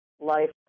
life